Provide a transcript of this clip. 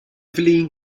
flin